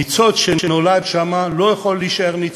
הניצוץ שנולד שם לא יכול להישאר ניצוץ.